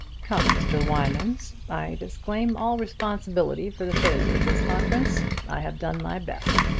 come, mr. wymans! i disclaim all responsibility for the failure of this conference. i have done my best.